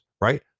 right